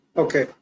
okay